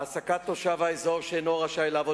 העסקת תושב האזור שאינו רשאי לעבוד